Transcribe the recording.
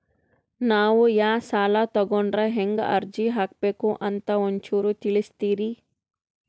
ನಾವು ಯಾ ಸಾಲ ತೊಗೊಂಡ್ರ ಹೆಂಗ ಅರ್ಜಿ ಹಾಕಬೇಕು ಅಂತ ಒಂಚೂರು ತಿಳಿಸ್ತೀರಿ?